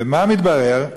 ומה מתברר?